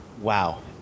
Wow